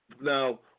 Now